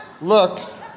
looks